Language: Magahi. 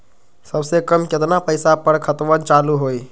सबसे कम केतना पईसा पर खतवन चालु होई?